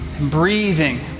breathing